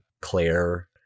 claire